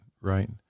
right